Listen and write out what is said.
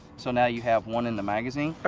so now you have one in the magazine.